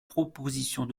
propositions